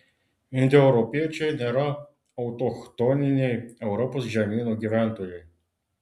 indoeuropiečiai nėra autochtoniniai europos žemyno gyventojai